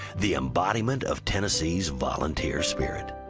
the embodiment of tennessee's volunteer spirit.